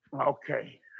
Okay